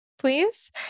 please